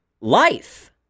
life